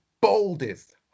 boldest